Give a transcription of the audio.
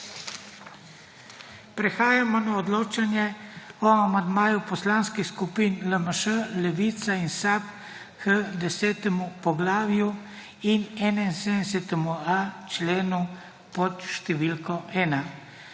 Prehajamo na odločane o amandmaju Poslanskih skupin LMŠ; Levica in SAB k 10. poglavju in 71.a členu pod številko 1.